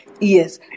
Yes